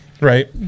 right